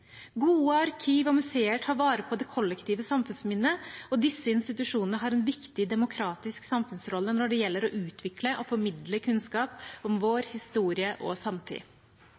Gode arkiver og museer tar vare på det kollektive samfunnsminnet, og disse institusjonene har en viktig demokratisk samfunnsrolle når det gjelder å utvikle og formidle kunnskap om vår historie og